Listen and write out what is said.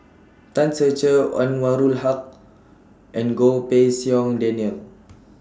Tan Ser Cher Anwarul Haque and Goh Pei Siong Daniel